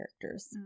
characters